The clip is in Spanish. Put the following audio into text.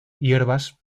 hierbas